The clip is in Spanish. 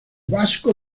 vasco